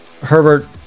Herbert